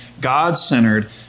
God-centered